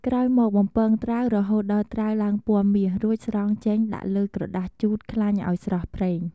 ក្រោយមក បំពងត្រាវ រហូតដល់ត្រាវឡើងពណ៌មាស រួចស្រង់ចេញដាក់លើក្រដាសជូតខ្លាញ់ឱ្យស្រស់ប្រេង។